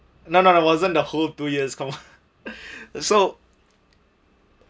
none of the wasn't the whole two years come on so